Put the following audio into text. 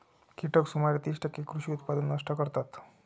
कीटक सुमारे तीस टक्के कृषी उत्पादन नष्ट करतात